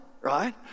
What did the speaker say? right